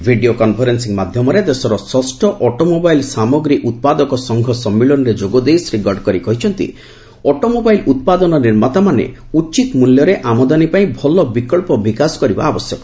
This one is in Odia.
ଭିଡ଼ିଓ କନ୍ଫରେନ୍ଦିଂ ମାଧ୍ୟମରେ ଦେଶର ଷଷ୍ଠ ଅଟୋମୋବାଇଲ୍ ସାମଗ୍ରୀ ଉତ୍ପାଦକ ସଂଘ ସମ୍ମିଳନୀରେ ଯୋଗଦେଇ ଶ୍ରୀ ଗଡ଼କରୀ କହିଛନ୍ତି ଅଟୋମୋବାଇଲ୍ ଉତ୍ପାଦନ ନିର୍ମାତାମାନେ ମଧ୍ୟ ଉଚିତ ମୂଲ୍ୟରେ ଆମଦାନୀ ପାଇଁ ଭଲ ବିକ୍ସ ବିକାଶ କରିବା ଆବଶ୍ୟକ